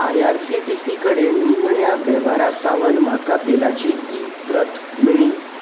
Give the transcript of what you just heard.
IRCTC कडेन निमाण्या वेव्हारा सावन म्हाका बिलाची ई प्रत मेळ्ळी